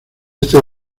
este